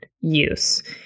use